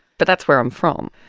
but that's where i'm from.